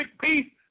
peace